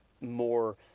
more